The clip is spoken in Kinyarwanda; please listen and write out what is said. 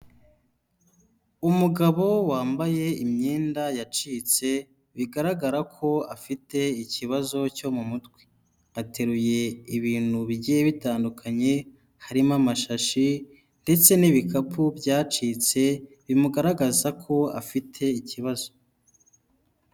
Umugabo wambaye imyenda yacitse bigaragara ko afite ikibazo cyo mu mutwe, ateruye ibintu bigiye bitandukanye harimo amashashi ndetse n'ibikapu byacitse bimugaragaza ko afite ikibazo.